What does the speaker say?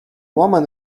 woman